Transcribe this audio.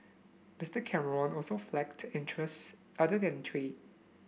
Mister Cameron also flagged interests other than trade